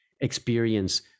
experience